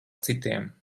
citiem